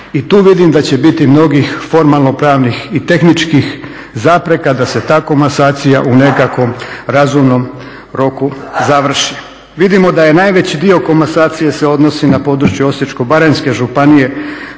I tu vidim da će biti mnogih formalnopravnih i tehničkih zapreka da se ta komasacija u nekakvom razumnom roku završi. Vidimo da je najveći dio komasacije se odnosi na područje Osječko-baranjske županije